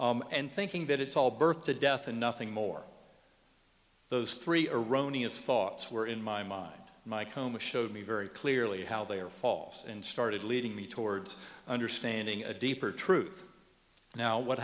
and thinking that it's all birth to death and nothing more those three erroneous thoughts were in my mind my coma showed me very clearly how they are false and started leading me towards understanding a deeper truth now what